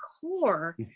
core